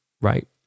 right